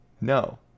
No